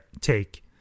take